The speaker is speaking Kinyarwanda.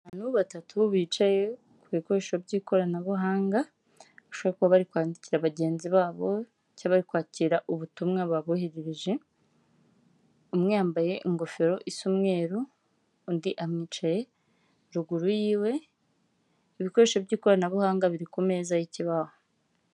Abantu batatu bicaye ku bikoresho by'ikoranabuhanga bashobora kuba bari kwandikira bagenzi babo cyangwa bari kwakira ubutumwa baboherereje, umwe yambaye ingofero isa umweru, undi amwicaye ruguru y'iwe, ibikoresho by'ikoranabuhanga biri ku meza y'ikibaho.